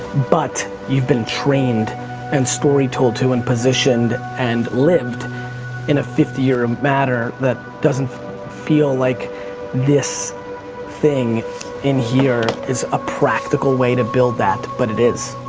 but you've been trained and story told to and positioned and lived in a fifty year and matter that doesn't feel like this thing in here is a practical way to build that but it is.